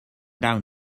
down